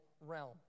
realm